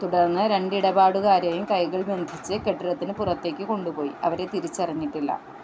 തുടർന്ന് രണ്ട് ഇടപാടുകാരെയും കൈകൾ ബന്ധിച്ച് കെട്ടിടത്തിന് പുറത്തേക്ക് കൊണ്ടുപോയി അവരെ തിരിച്ചറിഞ്ഞിട്ടില്ല